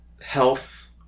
health